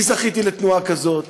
אני זכיתי לתנועה כזאת,